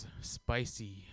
Spicy